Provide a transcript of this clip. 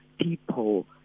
people